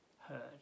heard